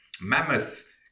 mammoth